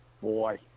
boy